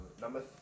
Number